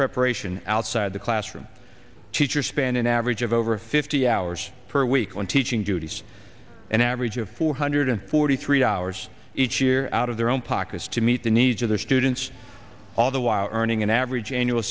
preparation outside the classroom teachers spend an average of over fifty hours per week on teaching duties an average of four hundred forty three hours each year out of their own pockets to meet the needs of their students all the while earning an average annual